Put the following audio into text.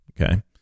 okay